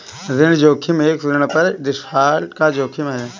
ऋण जोखिम एक ऋण पर डिफ़ॉल्ट का जोखिम है